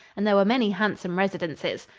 and there were many handsome residences.